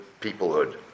peoplehood